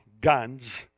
guns